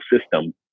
system